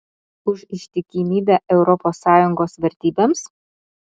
už ištikimybę europos sąjungos vertybėms